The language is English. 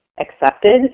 accepted